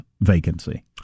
vacancy